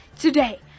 Today